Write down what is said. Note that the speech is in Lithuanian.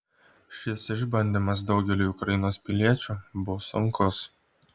šis išbandymas daugeliui ukrainos piliečių bus sunkus